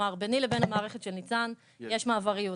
ביני לבין המערכת של ניצן יש מעבריות.